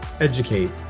educate